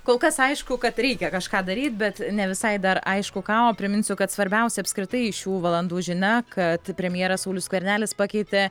kol kas aišku kad reikia kažką daryt bet ne visai dar aišku ką o priminsiu kad svarbiausia apskritai šių valandų žinia kad premjeras saulius skvernelis pakeitė